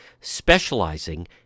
specializing